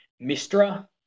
mistra